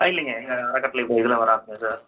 ஆ இல்லைங்க எங்கள் அறக்கட்டளை இதில் வராதுங்க சார்